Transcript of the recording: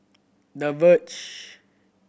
The Verge